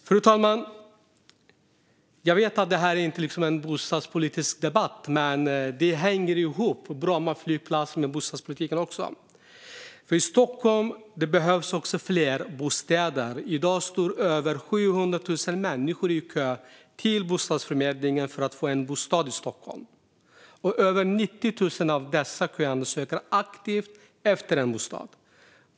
Fru talman! Jag vet att det här inte är en bostadspolitisk debatt. Men Bromma flygplats hänger ihop också med bostadspolitiken, för i Stockholm behövs det också fler bostäder. I dag står över 700 000 människor i kö till bostadsförmedlingen för att få en bostad i Stockholm, och över 90 000 av dessa köande söker aktivt efter en bostad.